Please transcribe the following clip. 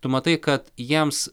tu matai kad jiems